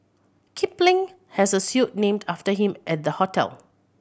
kipling has a suite named after him at the hotel